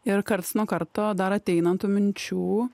ir karts nuo karto dar ateina tų minčių